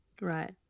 Right